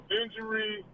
injury